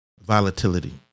volatility